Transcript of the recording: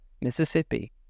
Mississippi